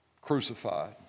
crucified